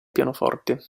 pianoforte